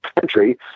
country